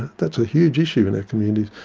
that's a huge issue in our communities,